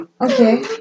okay